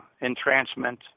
entrancement